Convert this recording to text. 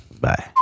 Bye